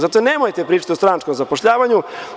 Zato, nemojte da pričate o stranačkom zapošljavanju.